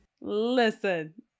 Listen